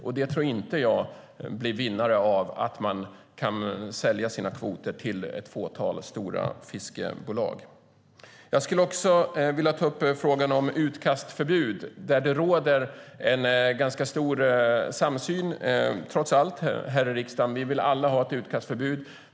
Jag tror inte att det vinner på att man kan sälja sina kvoter till ett fåtal stora fiskebolag. Jag skulle också vilja ta upp frågan om utkastförbud, som det trots allt råder en ganska stor samsyn om här i riksdagen. Vi vill alla ha ett utkastförbud.